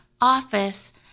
office